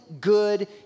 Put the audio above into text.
good